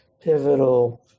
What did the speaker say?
pivotal